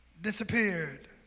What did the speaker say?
disappeared